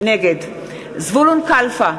נגד זבולון קלפה,